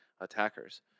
attackers